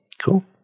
cool